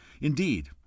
Indeed